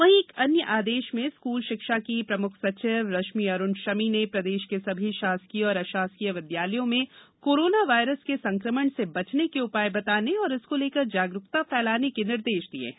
वहीं एक अन्य आदेश में स्कूल शिक्षा की प्रमुख सचिव रश्मि अरूण शमी ने प्रदेश के संभी शासकीय और अशासकीय विद्यालयों में कोरोना वायरस के संकमण से बचने के उपाय बताने और इसको लेकर जागरूकता फैलाने के निर्देश दिये हैं